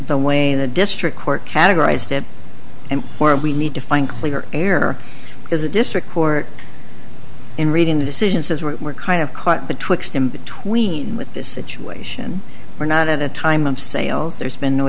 the way the district court categorized it and where we need to find cleaner air because the district court in reading the decision says we're kind of caught between them between with this situation we're not at a time of sales there's been no